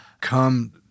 come